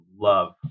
love